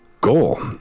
goal